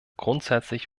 grundsätzlich